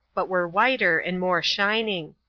but were whiter, and more shining.